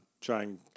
trying